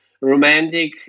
romantic